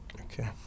Okay